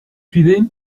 suivez